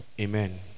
Amen